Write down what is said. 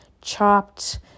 Chopped